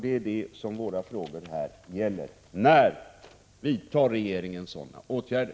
Det är detta som våra frågor gäller: När vidtar regeringen sådana åtgärder?